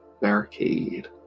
Barricade